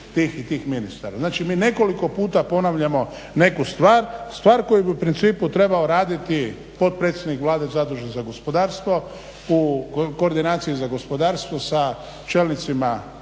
mi nekoliko puta ponavljamo neku stvar koja bi u principu trebao raditi potpredsjednik Vlade zadužen za gospodarstvo u koordinaciji za gospodarstvo sa čelnicima ovih